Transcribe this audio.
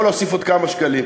יכול להוסיף עוד כמה שקלים.